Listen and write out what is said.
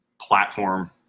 platform